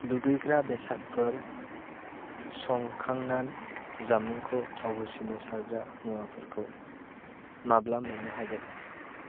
दुगैग्रा बेसादफोर संखांना जामुंखौ थाव होसिन्नो सारग्रा मुवाफोरखौ माब्ला मोन्नो हागोन